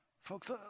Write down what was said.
Folks